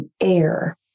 air